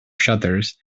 shutters